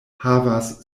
havas